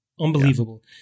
unbelievable